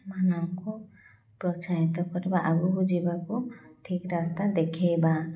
ସେମାନଙ୍କୁ ପ୍ରୋତ୍ସାହିତ କରିବା ଆଗକୁ ଯିବାକୁ ଠିକ ରାସ୍ତା ଦେଖେଇବା